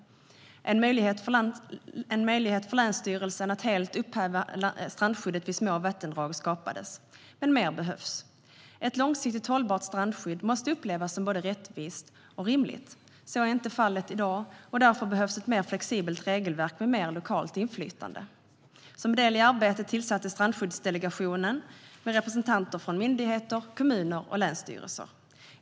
En möjlighet för länsstyrelsen att helt upphäva strandskyddet vid små vattendrag skapades. Men mer behövs. Ett långsiktigt hållbart strandskydd måste upplevas som både rättvist och rimligt. Så är inte fallet i dag, och därför behövs ett mer flexibelt regelverk med mer lokalt inflytande. Som en del i arbetet tillsattes Strandskyddsdelegationen med representanter från myndigheter, kommuner och länsstyrelser.